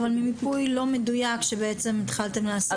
אבל במיפוי לא מדויק שהתחלתם לעשות.